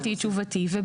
תשובתי.